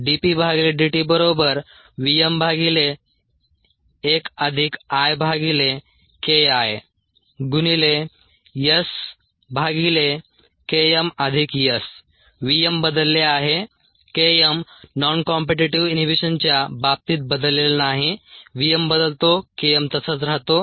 V m बदलले आहे K m non competitive इनहिबिशनच्या बाबतीत बदलले नाही V m बदलतो K m तसाच राहतो